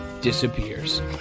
disappears